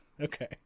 Okay